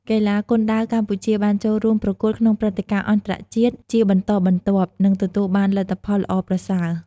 កីឡាគុនដាវកម្ពុជា បានចូលរួមប្រកួតក្នុងព្រឹត្តិការណ៍អន្តរជាតិជាបន្តបន្ទាប់ និងទទួលបានលទ្ធផលល្អប្រសើរ។